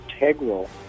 integral